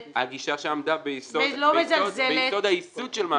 --- הגישה שעמדה ביסוד הייסוד של מענק העבודה,